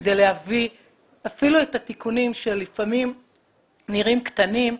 כדי להביא אפילו את התיקונים שלפעמים נראים קטנים,